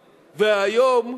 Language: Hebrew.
והיום,